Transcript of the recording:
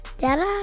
Dada